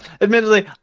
Admittedly